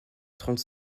trente